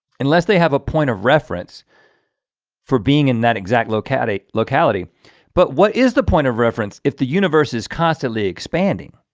unless they have a point of reference for being in that exact locality. but what is the point of reference if the universe is constantly expanding?